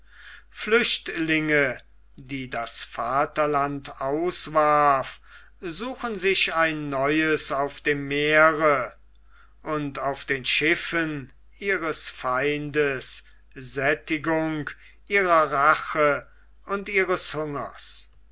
flüchtlinge die das vaterland auswarf suchen sich ein neues auf dem meere und auf den schiffen ihres feindes sättigung ihrer rache und ihres hungers